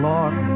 Lord